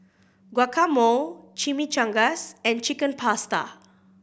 Guacamole Chimichangas and Chicken Pasta